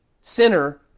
sinner